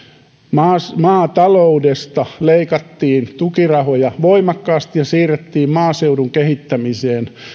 että maataloudesta leikattiin tukirahoja voimakkaasti ja siirrettiin maaseudun kehittämiseen